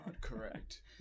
correct